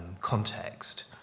context